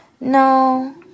no